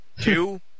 Two